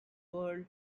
pearl